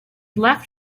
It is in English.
left